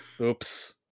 Oops